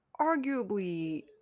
Arguably